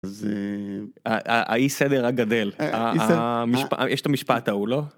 זה, האי סדר רק גדל. יש את המשפט ההוא לא?